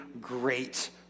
great